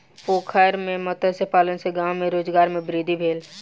पोखैर में मत्स्य पालन सॅ गाम में रोजगार में वृद्धि भेल